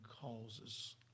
causes